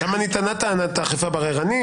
שמה נטענה טענת האכיפה הבררנית.